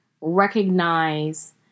recognize